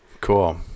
cool